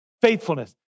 faithfulness